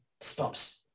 stops